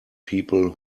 people